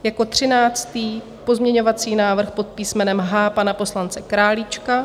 Jako třináctý pozměňovací návrh pod písmenem H pana poslance Králíčka.